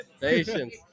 Patience